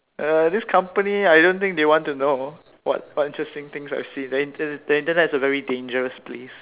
err this company I don't think they want to know what what interesting things I've seen the Internet the Internet is a very dangerous place